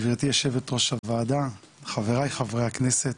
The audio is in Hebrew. גברתי מנהלת הוועדה, חברי חבריי הכנסת.